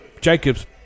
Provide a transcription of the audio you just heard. Jacobs